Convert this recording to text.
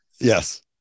Yes